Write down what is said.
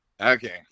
Okay